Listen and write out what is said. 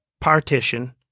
partition